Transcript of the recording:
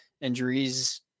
injuries